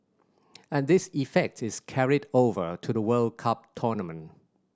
and this effect is carried over to the World Cup tournament